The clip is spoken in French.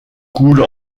coule